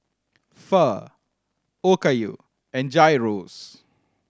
Pho Okayu and Gyros